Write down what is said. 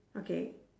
okay